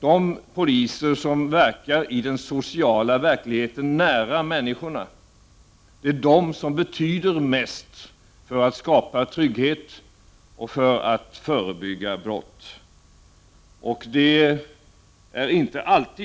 De poliser som verkar i den sociala verkligheten nära människorna är de som betyder mest för att skapa trygghet och förebygga brott.